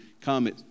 come